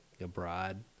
abroad